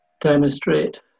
demonstrate